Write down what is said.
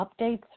updates